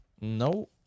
no